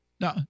No